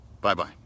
Bye-bye